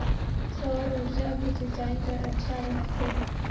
सौर ऊर्जा भी सिंचाई बर अच्छा रहथे?